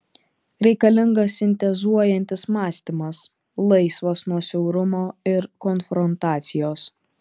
reikalingas sintezuojantis mąstymas laisvas nuo siaurumo ir konfrontacijos